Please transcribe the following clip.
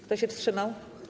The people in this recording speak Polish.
Kto się wstrzymał?